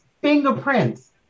fingerprints